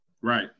Right